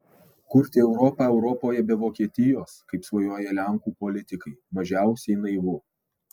kurti europą europoje be vokietijos kaip svajoja lenkų politikai mažiausiai naivu